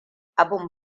abin